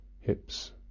hips